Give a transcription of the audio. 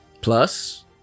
Plus